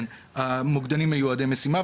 -- המוקדנים הם מיועדי משימה,